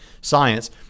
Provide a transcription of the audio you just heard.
science